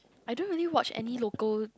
I don't really watch any local